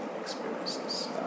experiences